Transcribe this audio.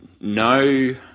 no